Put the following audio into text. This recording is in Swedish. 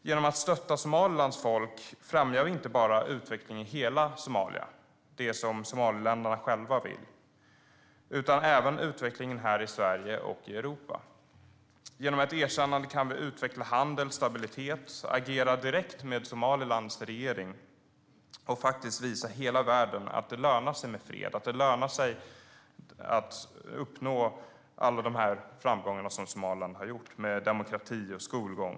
Genom att stötta Somalilands folk främjar vi inte bara utveckling i hela Somalia, vilket är det somaliländarna själva vill, utan även utvecklingen här i Sverige och i Europa. Genom ett erkännande kan vi utveckla handel och stabilitet, agera direkt med Somalilands regering och visa hela världen att det lönar sig med fred. Det lönar sig att uppnå alla de framgångar Somaliland har uppnått med demokrati och skolgång.